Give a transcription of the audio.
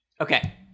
Okay